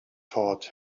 taught